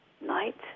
night